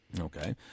Okay